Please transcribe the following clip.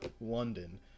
London